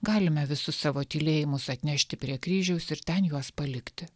galime visus savo tylėjimus atnešti prie kryžiaus ir ten juos palikti